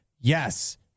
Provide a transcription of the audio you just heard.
yes